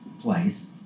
place